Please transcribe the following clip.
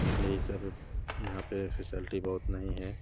यही सब यहाँ पर फेसल्टी बहुत नहीं है